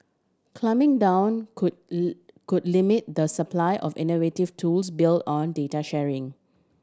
clamping down could could limit the supply of innovative tools built on data sharing